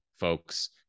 folks